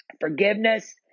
Forgiveness